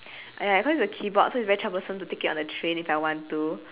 !aiya! because it's a keyboard so it's very troublesome to take it on the train if I want to